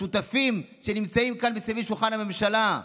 השותפים שנמצאים כאן מסביב לשולחן הממשלה,